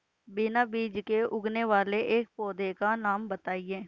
बिना बीज के उगने वाले एक पौधे का नाम बताइए